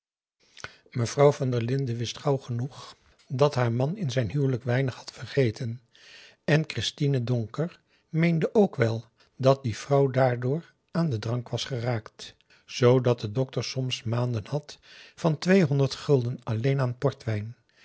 mevrouw van der linden wist gauw genoeg dat haar man in zijn huwelijk weinig had vergeten en christine donker meende ook wel dat die vrouw daardoor aan den drank was geraakt zoodat de dokter soms maanden had van tweehonderd gulden alleen aan portwijn